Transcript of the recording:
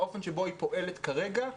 באופן שבו היא פועלת כרגע,